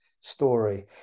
story